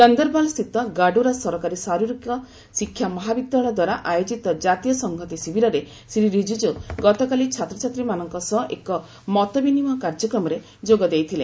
ଗନ୍ଦରବାଲ୍ସ୍ଥିତ ଗାଡୁରା ସରକାରୀ ଶାରୀରିକ ଶିକ୍ଷା ମହାବିଦ୍ୟାଳୟ ଦ୍ୱାରା ଆୟୋଜିତ ଜାତୀୟ ସଂହତି ଶିବିରରେ ଶ୍ରୀ ରିଜିଜୁ ଗତକାଲି ଛାତ୍ରଛାତ୍ରୀମାନଙ୍କ ସହ ଏକ ମତବିନିମୟ କାର୍ଯ୍ୟକ୍ରମରେ ଯୋଗ ଦେଇଥିଲେ